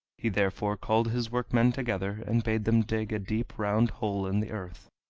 he therefore called his workmen together, and bade them dig a deep round hole in the earth,